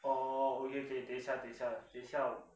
oh okay okay 等下等下等下